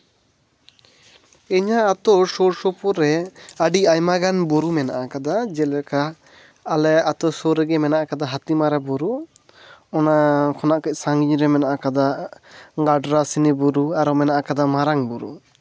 ᱤᱧᱟᱹᱜ ᱟᱛᱳ ᱥᱩᱨ ᱥᱩᱯᱩᱨ ᱨᱮ ᱟᱹᱰᱤ ᱟᱭᱢᱟ ᱜᱟᱱ ᱜᱩᱱ ᱢᱮᱱᱟᱜ ᱟᱠᱟᱫᱟ ᱡᱮᱞᱮᱠᱟ ᱟᱞᱮ ᱟᱛᱳ ᱥᱩᱨ ᱨᱮᱜᱮ ᱢᱮᱱᱟᱜ ᱟᱠᱟᱫᱟ ᱦᱟᱹᱛᱤᱢᱟᱨᱟ ᱵᱩᱨᱩ ᱚᱱᱟ ᱠᱷᱚᱱᱟᱜ ᱠᱟᱡ ᱥᱟᱺᱜᱤᱧ ᱨᱮ ᱢᱮᱱᱟᱜ ᱟᱠᱟᱫᱟ ᱢᱟᱰᱨᱟᱥᱤᱱᱤ ᱵᱩᱨᱩ ᱟᱨ ᱢᱮᱱᱟᱜ ᱟᱠᱟᱫᱟ ᱢᱟᱨᱟᱝ ᱵᱩᱨᱩ